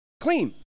clean